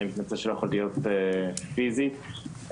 אני מתנצל שלא יכולתי להיות נוכח פיזית בדיון.